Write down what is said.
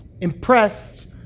impressed